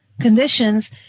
conditions